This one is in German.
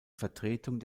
vertretung